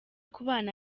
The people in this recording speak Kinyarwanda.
kubana